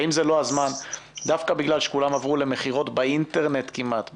האם זה לא הזמן דווקא בגלל שכולם עברו למכירות באינטרנט כמעט בישראל,